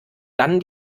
dann